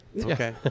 Okay